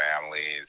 families